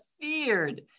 feared